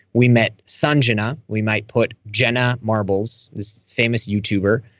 we met sanjjanaa. we might put jenna marbles, his famous youtuber,